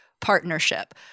partnership